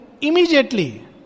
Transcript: immediately